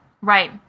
Right